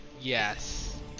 Yes